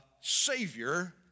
Savior